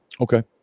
Okay